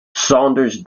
saunders